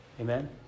amen